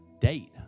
date